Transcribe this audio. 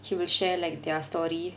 he will share like their story